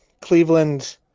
Cleveland